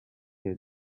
hear